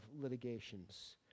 litigations